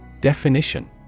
Definition